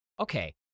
Okay